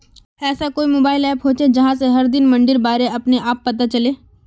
ऐसा कोई mobile app होचे जहा से हर दिन मंडीर बारे अपने आप पता चले?